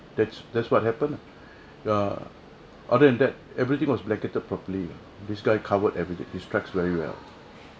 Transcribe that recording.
that's that's what happen ah ya other than that everything was blanketed properly this guy covered evident his tracks very well